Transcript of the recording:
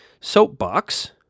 Soapbox